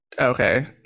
Okay